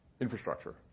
infrastructure